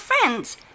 friends